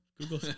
Google